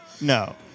no